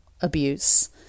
abuse